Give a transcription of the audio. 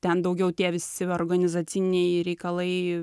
ten daugiau tie visi organizaciniai reikalai